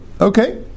Okay